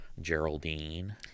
Geraldine